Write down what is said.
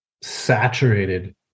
saturated